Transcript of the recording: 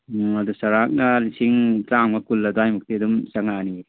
ꯑꯗꯨ ꯆꯥꯎꯔꯥꯛꯅ ꯂꯤꯁꯤꯡ ꯇꯔꯥꯃꯉꯥ ꯀꯨꯟ ꯑꯗ꯭ꯋꯥꯏꯃꯨꯛꯇꯤ ꯑꯗꯨꯝ ꯆꯪꯉꯛꯑꯅꯤ